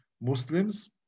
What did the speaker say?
Muslims